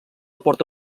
porta